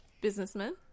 businessman